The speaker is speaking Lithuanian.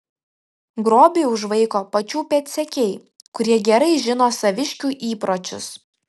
grobį užvaiko pačių pėdsekiai kurie gerai žino saviškių įpročius